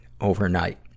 overnight